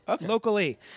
locally